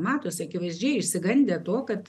matosi akivaizdžiai išsigandę to kad